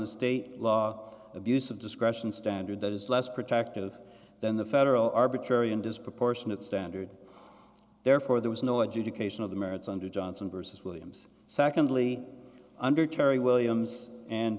the state law abuse of discretion standard that is less protective than the federal arbitrary and disproportionate standard therefore there was no adjudication of the merits under johnson versus williams secondly under terry williams and